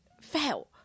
fell